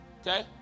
Okay